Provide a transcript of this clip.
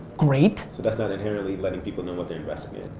great. so that's not inherently letting people know what they're investing in?